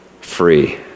free